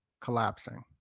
collapsing